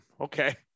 Okay